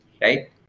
right